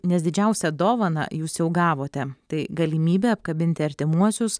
nes didžiausią dovaną jūs jau gavote tai galimybė apkabinti artimuosius